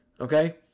Okay